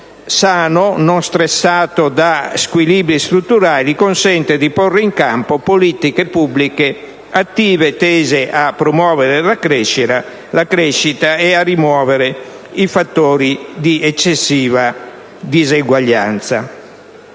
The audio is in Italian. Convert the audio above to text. sano, non stressato da squilibri strutturali, consente di porre in campo politiche pubbliche attive, tese a promuovere la crescita e a rimuovere i fattori di eccessiva diseguaglianza.